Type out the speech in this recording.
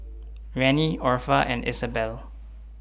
Rennie Orpha and Isabelle